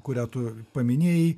kurią tu paminėjai